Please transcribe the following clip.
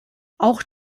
auch